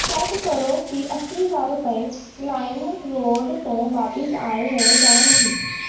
check ਕਰੋ ਕਿ ਅੱਸੀ ਹਜ਼ਾਰ ਰੁਪਏ ਲਾਈਮਰੋਡ ਤੋਂ ਵਾਪਸ ਆਏ ਹੈ ਜਾਂ ਨਹੀਂ